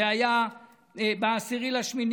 זה היה ב-10 באוגוסט.